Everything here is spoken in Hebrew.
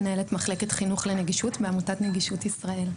מנהלת מחלקת חינוך לנגישות מעמותת "נגישות ישראל".